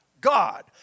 God